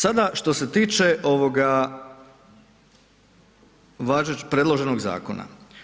Sada što se tiče ovoga predloženog zakona.